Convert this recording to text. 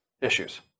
issues